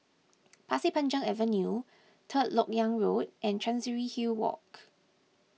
Pasir Panjang Avenue Third Lok Yang Road and Chancery Hill Walk